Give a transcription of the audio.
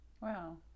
Wow